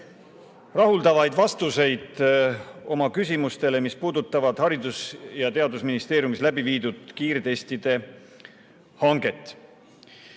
rahuldavaid vastuseid oma küsimustele, mis puudutavad Haridus‑ ja Teadusministeeriumis läbi viidud kiirtestide hanget.